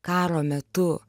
karo metu